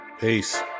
Peace